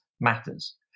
matters